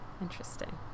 Interesting